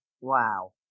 Wow